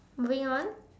moving on